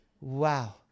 Wow